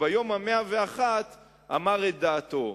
וביום ה-101 אמר את דעתו.